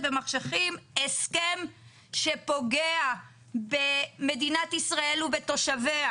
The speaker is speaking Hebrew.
במחשכים הסכם שפוגע במדינת ישראל ובתושביה,